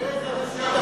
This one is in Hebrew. דרך הרשויות המקומיות,